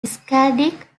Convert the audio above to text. skaldic